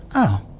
oh,